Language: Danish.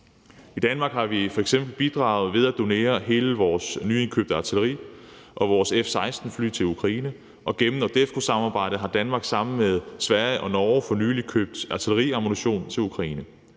I Danmark har vi f.eks. bidraget ved at donere hele vores nyindkøbte artilleri og vores F-16-fly til Ukraine, og gennem NORDEFCO-samarbejdet har Danmark sammen med Sverige og Norge for nylig købt artilleriammunition til Ukraine.